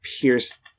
pierce